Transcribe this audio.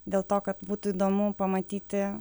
dėl to kad būtų įdomu pamatyti